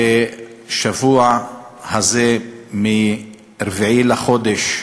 והשבוע הזה, מ-4 בחודש,